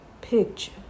picture